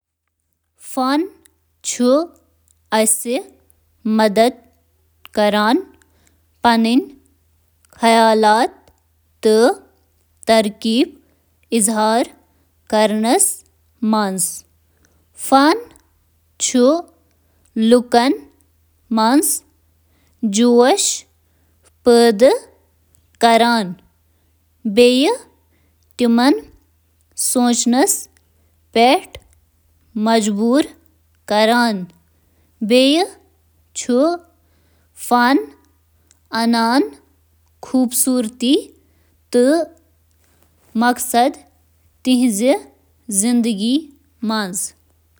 معاشرس منٛز چِھ آرٹک واریاہ مقصد، یتھ منٛز شٲمل: مواصلات، تٲریخُک تحفظ، سمأجی سرگرمی، ثقافتی شناخت، نفسیاتی تہٕ شفا یابی ہنٛد مقصد تہٕ باقی۔